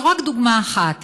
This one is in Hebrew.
זאת רק דוגמה אחת.